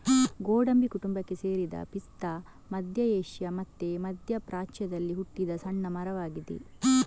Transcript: ಗೋಡಂಬಿ ಕುಟುಂಬಕ್ಕೆ ಸೇರಿದ ಪಿಸ್ತಾ ಮಧ್ಯ ಏಷ್ಯಾ ಮತ್ತೆ ಮಧ್ಯ ಪ್ರಾಚ್ಯದಲ್ಲಿ ಹುಟ್ಟಿದ ಸಣ್ಣ ಮರವಾಗಿದೆ